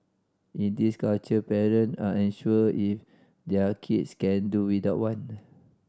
in this culture parent are unsure if their kids can do without one